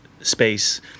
space